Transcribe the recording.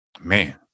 man